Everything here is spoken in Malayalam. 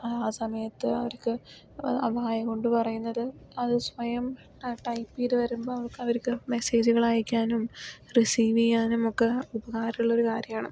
ആ സമയത്ത് അവർക്ക് വായ കൊണ്ട് പറയുന്നത് അത് സ്വയം ടൈപ്പ് ചെയ്തു വരുമ്പോൾ അവർക്ക് മെസേജുകൾ അയക്കാനും റിസിവ് ചെയ്യാനും ഒക്കെ ഉപകാരമുള്ളൊരു ഒരു കാര്യമാണ്